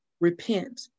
Repent